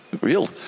real